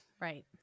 Right